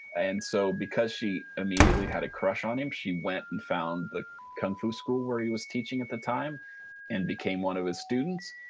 and so because she immediately had a crush on him she went and found the kung fu school where he was teaching at the time and became one of his students.